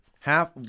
half